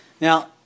Now